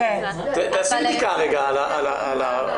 תעשי בדיקה על הנקודה הזאת, בבקשה.